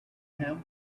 him